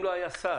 אם לא היה שר